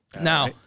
Now